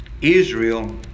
Israel